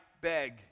beg